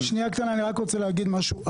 שנייה, אני רק רוצה להגיד משהו.